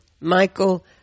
Michael